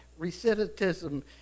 recidivism